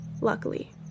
Luckily